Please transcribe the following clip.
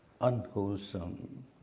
unwholesome